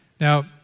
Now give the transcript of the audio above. Now